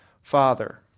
father